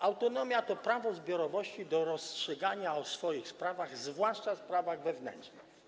Autonomia to prawo zbiorowości do rozstrzygania o swoich sprawach, zwłaszcza sprawach wewnętrznych.